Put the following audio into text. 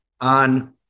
on